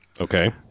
Okay